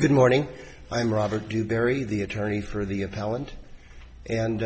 good morning i'm robert dewberry the attorney for the appellant and